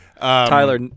Tyler